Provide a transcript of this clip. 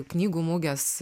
knygų mugės